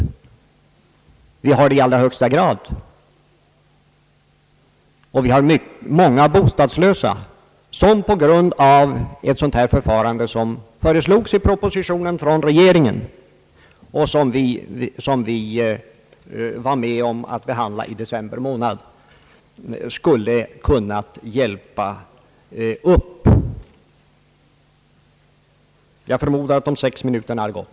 Vi har det i allra högsta grad, och vi har många bostadslösa vilkas situation, med hjälp av ett sådant förfarande som föreslogs i regeringens proposition och som vi var med om att behandla i december månad, skulle kunna hjälpas upp. Herr talman, jag förmodar att de sex minuterna har gått.